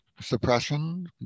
suppression